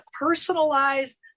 personalized